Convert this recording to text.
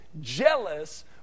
jealous